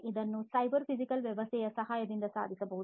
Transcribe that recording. ಇದನ್ನು cyber physical ವ್ಯವಸ್ಥೆಯ ಸಹಾಯದಿಂದ ಸಾಧಿಸಬಹುದು